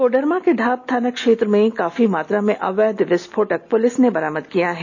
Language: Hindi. कोडरमा के ढाब थाना क्षेत्र में काफी मात्रा में अवैध विस्फोटक पुलिस ने बरामद किया है